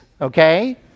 okay